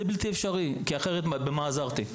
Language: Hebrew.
זה בלתי אפשרי, כי אחרת במה עזרתי?